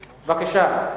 בבקשה.